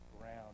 ground